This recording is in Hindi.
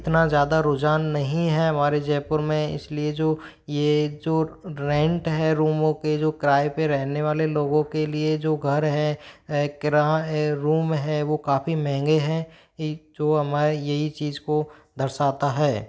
इतना ज़्यादा रुझान नहीं है हमारे जयपुर में इसलिए जो ये जो रेंट हैं रूमों के जो किराए पे रहने वाले लोगों के लिए जो घर हैं है रूम है वो काफ़ी महँगे हैं ये जो हमारा यहीं चीज़ को दर्शाता है